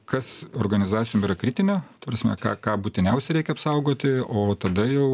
kas organizacijom yra kritinė ta prasme ką ką būtiniausią reikia apsaugoti o tada jau